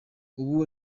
ubu